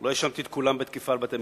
לא האשמתי את כולם בתקיפה של בית-המשפט,